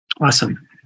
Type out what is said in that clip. awesome